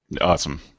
Awesome